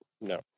no